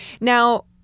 Now